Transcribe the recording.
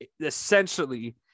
essentially